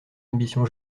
ambitions